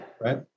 Right